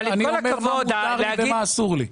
אני אומר מה מותר לי ומה אסור לי.